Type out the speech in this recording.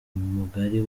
mugari